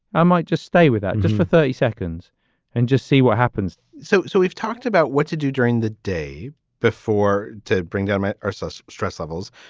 i might just stay with that just for thirty seconds and just see what happens so so we've talked about what to do during the day before to bring government versus stress levels.